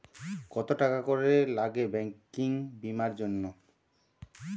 কত টাকা করে লাগে ব্যাঙ্কিং বিমার জন্য?